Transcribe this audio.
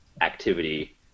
activity